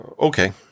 okay